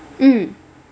mm